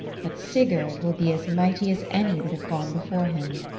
but sigurd will be as mighty as any that have gone before him.